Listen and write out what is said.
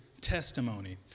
testimony